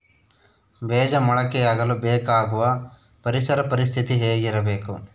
ಬೇಜ ಮೊಳಕೆಯಾಗಲು ಬೇಕಾಗುವ ಪರಿಸರ ಪರಿಸ್ಥಿತಿ ಹೇಗಿರಬೇಕು?